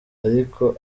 ariko